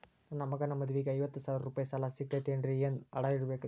ನನ್ನ ಮಗನ ಮದುವಿಗೆ ಐವತ್ತು ಸಾವಿರ ರೂಪಾಯಿ ಸಾಲ ಸಿಗತೈತೇನ್ರೇ ಏನ್ ಅಡ ಇಡಬೇಕ್ರಿ?